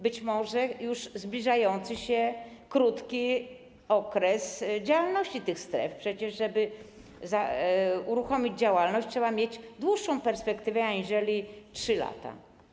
Być może już zbliżający się do końca krótki okres działalności tych stref, bo przecież żeby uruchomić działalność, trzeba mieć dłuższą perspektywę aniżeli 3 lata.